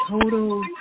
Total